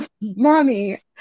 mommy